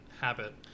habit